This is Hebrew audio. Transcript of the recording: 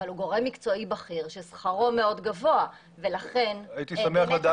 אבל הוא גורם מקצועי בכיר ששכרו מאוד גבוה ולכן באמת